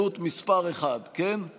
במקום